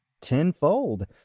tenfold